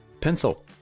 pencil